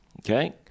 okay